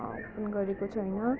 open गरेको छैन